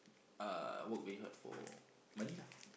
uh work very hard for money lah